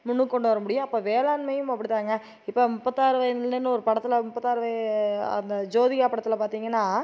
முன்னுக்கு கொண்டு வர முடியும் அப்போ வேளாண்மையும் அப்படி தாங்க இப்போ முப்பத்தாறு வயதினிலேன்னு ஒரு படத்தில் முப்பத்தாறு வ அந்த ஜோதிகா படத்தில் பார்த்திங்கனா